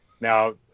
Now